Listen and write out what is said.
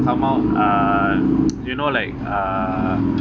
somehow uh you know like uh